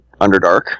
underdark